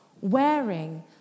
wearing